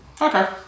Okay